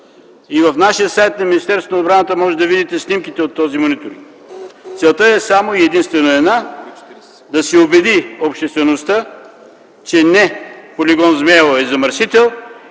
В сайта на Министерството на отбраната можете да видите снимките от този мониторинг. Целта е само и единствено една – да се убеди обществеността, че не полигон „Змейово” е замърсител.